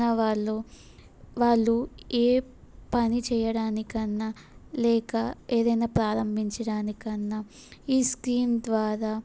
ఉన్నవాళ్ళు వాళ్ళు ఏ పని చేయడానికైన లేక ఏదైనా ప్రారంభించడానికైన ఈ స్కీమ్ ద్వారా